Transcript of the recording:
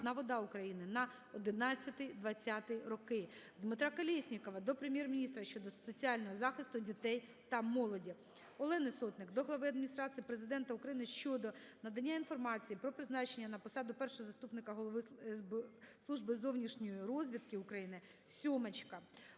вода України" на 2011-2020 роки. Дмитра Колєснікова до Прем'єр-міністра щодо соціального захисту дітей та молоді. Олени Сотник до Глави Адміністрації Президента України щодо надання інформації про призначення на посаду першого заступника Голови Служби зовнішньої розвідки УкраїниСемочка